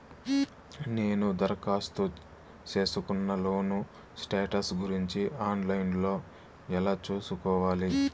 నేను దరఖాస్తు సేసుకున్న లోను స్టేటస్ గురించి ఆన్ లైను లో ఎలా సూసుకోవాలి?